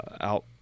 out